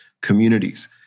communities